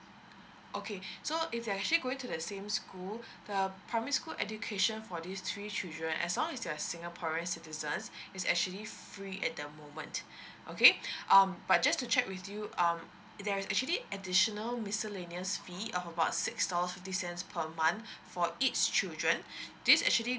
okay so if they are actually going to the same school the primary school education for these three children as long as you are singaporean citizens it's actually free at the moment okay um but just to check with you um there's actually additional miscellaneous fee of about six dollars fifty cents per month for each children this actually